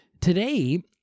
Today